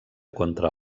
contra